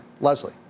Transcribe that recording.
Leslie